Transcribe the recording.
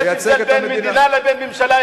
יש הבדל בין מדינה לבין ממשלה,